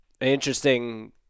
interesting